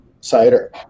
cider